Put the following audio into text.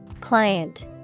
Client